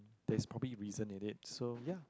there's probably reason in it so ya